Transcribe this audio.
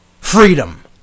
freedom